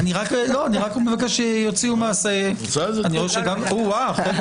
ואני לא מכיר אף רשות ציבורית,